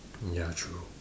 ya true